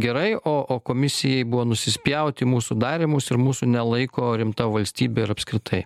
gerai o o komisijai buvo nusispjaut į mūsų darymus ir mūsų nelaiko rimta valstybė ir apskritai